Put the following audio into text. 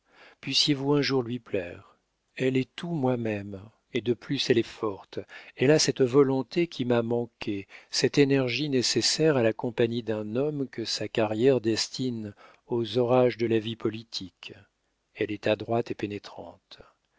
puissiez-vous un jour lui plaire elle est tout moi-même et de plus elle est forte elle a cette volonté qui m'a manqué cette énergie nécessaire à la compagne d'un homme que sa carrière destine aux orages de la vie politique elle est adroite et pénétrante